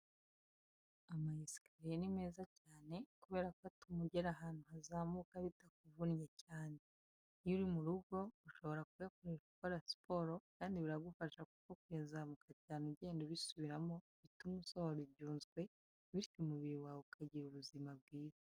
Ama esikariye ni meza cyane kubera ko atuma ugera ahantu hazamuka bitakuvunnye cyane. Iyo uri mu rugo ushobora kuyakoresha ukora siporo kandi biragufasha kuko kuyazamuka cyane ugenda ubisubiramo bituma usohora ibyunzwe bityo umubiri wawe ukagira ubuzima bwiza.